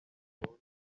burundu